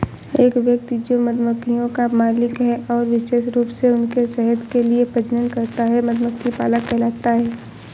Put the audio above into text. एक व्यक्ति जो मधुमक्खियों का मालिक है और विशेष रूप से उनके शहद के लिए प्रजनन करता है, मधुमक्खी पालक कहलाता है